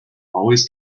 always